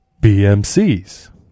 BMCs